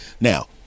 now